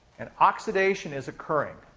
an oxidation is occurring.